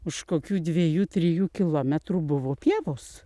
už kokių dviejų trijų kilometrų buvo pievos